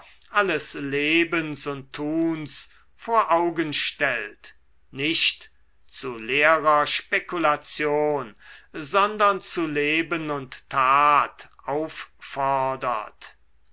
alles lebens und tuns vor augen stellt nicht zu leerer spekulation sondern zu leben und tat auffordert